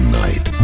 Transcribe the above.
night